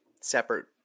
separate